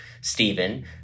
Stephen